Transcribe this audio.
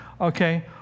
okay